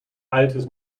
altes